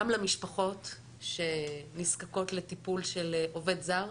גם למשפחות שנזקקות לטיפול של עובד זר,